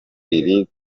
riri